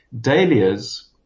Dahlias